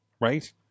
right